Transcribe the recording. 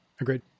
Agreed